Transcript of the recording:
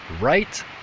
right